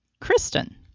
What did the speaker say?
Kristen